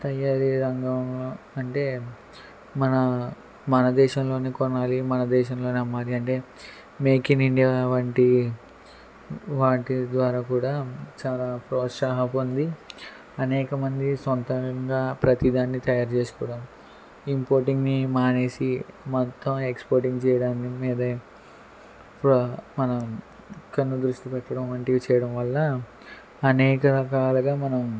తయారీ రంగం అంటే మన మన దేశంలోనే కొనాలి మన దేశంలోనే అమ్మాలి అంటే మేక్ ఇన్ ఇండియా వంటి వాటి ద్వారా కూడా చాలా ప్రోత్సాహం ఉంది అనేకమంది సొంతంగా ప్రతి దాన్ని తయారు చేసుకోవడం ఇంపోర్టింగ్ని మానేసి మొత్తం ఎక్స్పోర్టింగ్ చేయడాన్ని మీదే ఇప్పుడు మనం కన్ను దృష్టి పెట్టడం వంటివి చేయడం వల్ల అనేక రకాలుగా మనం